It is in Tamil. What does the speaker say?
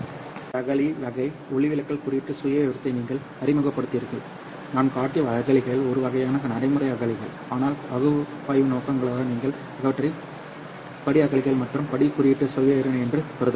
இந்த அகழி வகை ஒளிவிலகல் குறியீட்டு சுயவிவரத்தை நீங்கள் அறிமுகப்படுத்துகிறீர்கள்நான் காட்டிய அகழிகள் ஒரு வகையான நடைமுறை அகழிகள் ஆனால் பகுப்பாய்வு நோக்கங்களுக்காக நீங்கள் அவற்றை படி அகழிகள் மற்றும் படி குறியீட்டு சுயவிவரம் என்று கருதலாம்